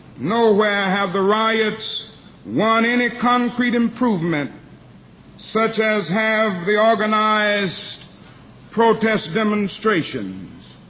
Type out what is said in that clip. nowhere have the riots won any concrete improvement such as have the organized protest demonstrations.